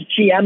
GM